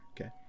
Okay